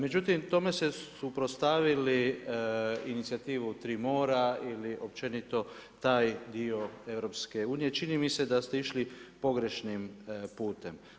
Međutim, tome su suprotstavili inicijativu „Tri mora“ ili općenito taj dio EU, čini mi ste da ste išli pogrešnim putem.